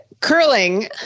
curling